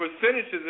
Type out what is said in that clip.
percentages